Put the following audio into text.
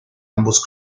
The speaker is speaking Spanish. ambos